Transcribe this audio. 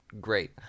Great